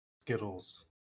Skittles